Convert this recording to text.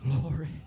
glory